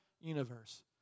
universe